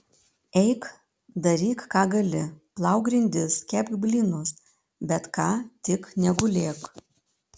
eik daryk ką gali plauk grindis kepk blynus bet ką tik negulėk